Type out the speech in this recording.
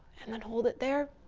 and then hold it there.